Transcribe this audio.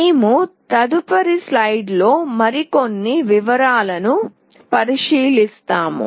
మేము తదుపరి స్లైడ్లో మరిన్ని వివరాలను పరిశీలిస్తాము